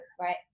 Right